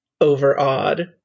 overawed